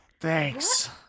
Thanks